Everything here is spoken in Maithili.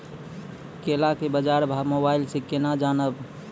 केला के बाजार भाव मोबाइल से के ना जान ब?